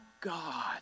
God